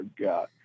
God